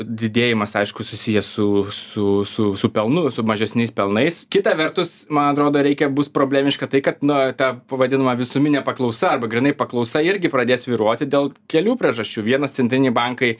didėjimas aišku susijęs su su su su pelnu su mažesniais pelnais kita vertus man atrodo reikia bus problemiška tai kad na ta vadinama visuminė paklausa arba grynai paklausa irgi pradės svyruoti dėl kelių priežasčių vienas centriniai bankai